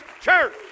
church